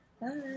Bye